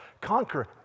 conquer